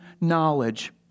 knowledge